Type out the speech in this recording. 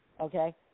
Okay